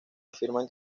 afirman